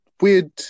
weird